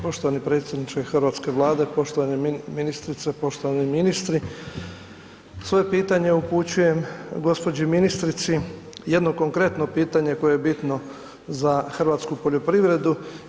Poštovani predsjedniče Hrvatske vlade, poštovane ministrice, poštovani ministri, svoje pitanje upućujem gospođi ministrici, jedno konkretno pitanje koje je bitno za hrvatsku poljoprivredu.